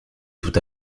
tout